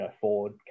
Ford